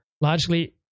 largely